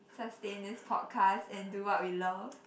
sustain this podcast and do what we love